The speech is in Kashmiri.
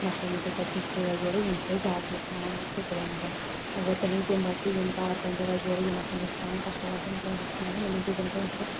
میتھمیٹکٕس ہشٹری وغیرہ یِم چھِ اسہِ زیادٕ ہیٚچھناوان مطلب سکوٗلن منٛز اگر تہنٛدۍ تِم بدلہٕ یِم کارپینٹر وغیرہ یِم آسان ہیٚچھناوان کسب وسب کینٛہہ ہیٚچھناوان یِمن چیٖزن کُن آسیا